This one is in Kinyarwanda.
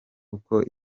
uko